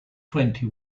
twenty